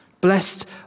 blessed